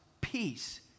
peace